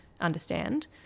understand